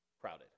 Crowded